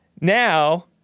now